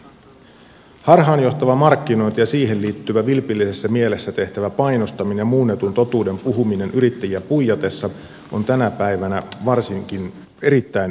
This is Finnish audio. harhaanjohtava markkinointi ja siihen liittyvä vilpillisessä mielessä tehtävä painostaminen ja muunnetun totuuden puhuminen yrittäjiä puijatessa on tänä päivänä varsinkin erittäin yleistä